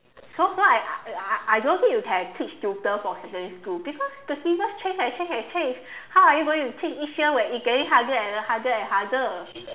so what I I I don't think you can teach tutor for secondary school because the syllabus change and change and change how are you going to teach each year when it getting harder and harder and harder